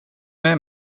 med